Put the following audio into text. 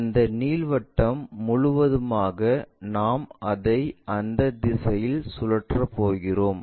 அந்த நீள்வட்டம் முழுவதுமாக நாம் அதை அந்த திசையில் சுழற்றப் போகிறோம்